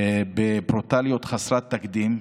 בברוטליות חסרת תקדים,